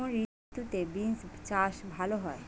কোন ঋতুতে বিন্স চাষ ভালো হয়?